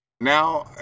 now